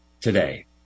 today